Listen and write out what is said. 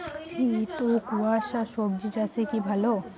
শীত ও কুয়াশা স্বজি চাষে কি ভালো?